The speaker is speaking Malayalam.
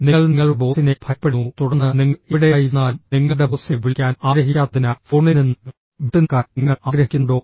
നിങ്ങൾ നിങ്ങളുടെ ബോസിനെ ഭയപ്പെടുന്നു തുടർന്ന് നിങ്ങൾ എവിടെയായിരുന്നാലും നിങ്ങളുടെ ബോസിനെ വിളിക്കാൻ ആഗ്രഹിക്കാത്തതിനാൽ ഫോണിൽ നിന്ന് വിട്ടുനിൽക്കാൻ നിങ്ങൾ ആഗ്രഹിക്കുന്നുണ്ടോ